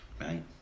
right